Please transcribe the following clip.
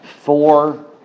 four